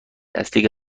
اصلی